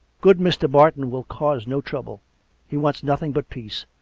good mr. barton will cause no trouble he wants nothing but peace.